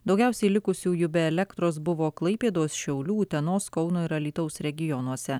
daugiausiai likusiųjų be elektros buvo klaipėdos šiaulių utenos kauno ir alytaus regionuose